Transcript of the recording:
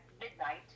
midnight